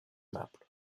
naples